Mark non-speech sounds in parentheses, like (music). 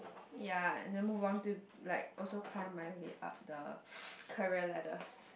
ya and then move on to like also climb my way up the (noise) career ladder